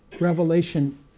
Revelation